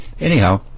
Anyhow